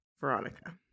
veronica